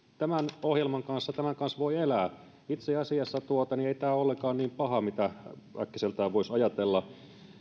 tämän ohjelman kanssa voi elää itse asiassa ei tämä ole ollenkaan niin paha kuin äkkiseltään voisi ajatella